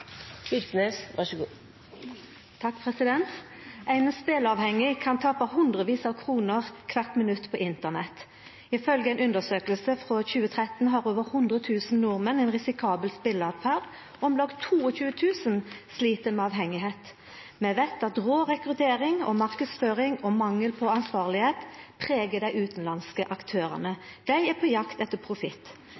Ein speleavhengig kan tapa hundrevis av kroner kvart minutt på Internett. Ifølgje ei undersøking frå 2013 har over 100 000 nordmenn ei risikabel speleåtferd, og om lag 22 000 slit med avhengigheit. Vi veit at rå rekruttering og marknadsføring og mangel på ansvarlegheit pregar dei utanlandske aktørane.